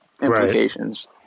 implications